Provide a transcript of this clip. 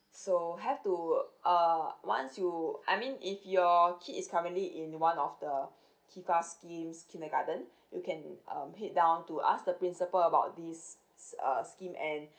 so have to uh once you I mean if your kid is currently in one of the KiFAS scheme kindergarten you can um head down to ask the principal about this s~ uh scheme and